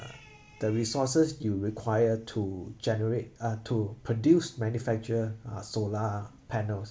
uh the resources you require to generate uh to produce manufacture uh solar panels